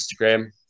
Instagram